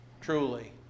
truly